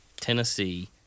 Tennessee